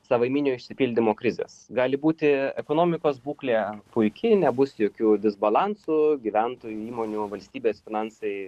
savaiminio išsipildymo krizės gali būti ekonomikos būklė puiki nebus jokių disbalansų gyventojų įmonių valstybės finansai